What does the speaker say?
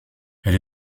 elle